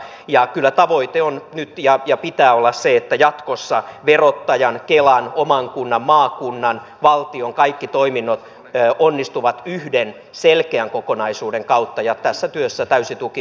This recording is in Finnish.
ja kyllä tavoite on nyt ja sen pitää olla että jatkossa verottajan kelan oman kunnan maakunnan ja valtion kaikki toiminnot onnistuvat yhden selkeän kokonaisuuden kautta ja tässä työssä täysi tuki ministerille ja hallitukselle